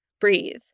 breathe